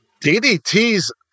DDT's